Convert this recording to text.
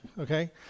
okay